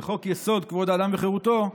בחוק-היסוד: כבוד האדם וחירותו,